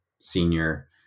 senior